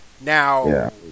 Now